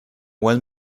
one